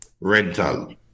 rental